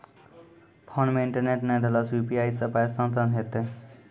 Phone मे internet नै रहला सॅ, यु.पी.आई सॅ पाय स्थानांतरण हेतै?